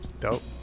Dope